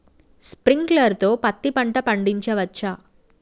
Sprinkler తో పత్తి పంట పండించవచ్చా?